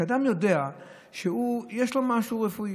כשאדם יודע שיש לו משהו רפואי,